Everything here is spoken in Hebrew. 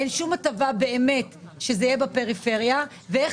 אין שום הטבה באמת שהן יהיו בפריפריה ואני שואלת איך